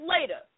later